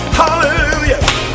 hallelujah